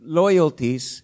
loyalties